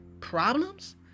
problems